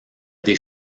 des